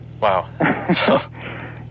Wow